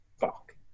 Fuck